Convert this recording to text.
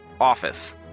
office